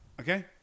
okay